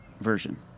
version